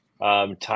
time